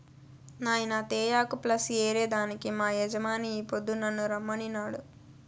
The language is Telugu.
నాయినా తేయాకు ప్లస్ ఏరే దానికి మా యజమాని ఈ పొద్దు నన్ను రమ్మనినాడు